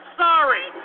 Sorry